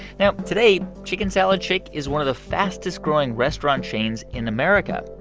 now, today chicken salad chick is one of the fastest-growing restaurant chains in america.